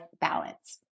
balance